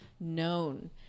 Known